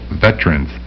veterans